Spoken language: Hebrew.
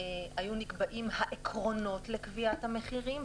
היו נקבעים העקרונות לקביעת המחירים,